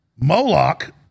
Moloch